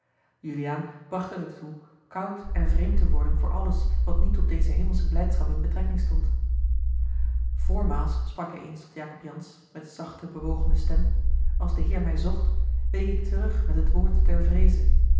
bracht het er toe koud en vreemd te worden voor alles wat niet tot deze hemelsche blijdschap in betrekking stond voormaals sprak hij eens tot jacob jansz met zachte bewogene stem als de heer mij zocht week ik terug met het woord der vreeze